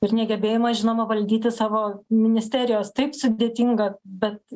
ir negebėjimą žinoma valdyti savo ministerijos taip sudėtinga bet